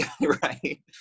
right